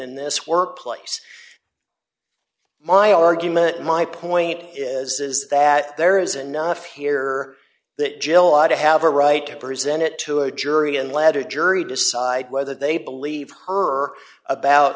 in this workplace my argument my point is is that there is enough here that jill ah to have a right to present it to a jury and lead a jury decide whether they believe her about